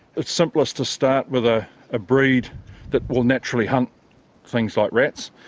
it's simplest to start with a ah breed that will naturally hunt things like rats,